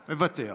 מוותר,